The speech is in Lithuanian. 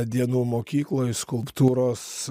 dienų mokykloj skulptūros